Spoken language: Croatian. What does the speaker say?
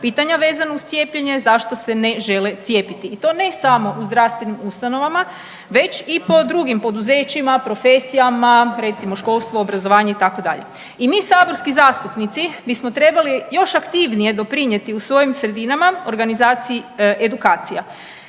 pitanja vezano uz cijepljenje, zašto se ne žele cijepiti i to ne samo u zdravstvenim ustanovama već i po drugim poduzećima, profesijama, recimo, školstvo, obrazovanje, itd. i mi saborski zastupnici bismo trebali još aktivnije doprinijeti u svojim sredinama, organizaciji edukacija.